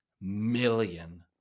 million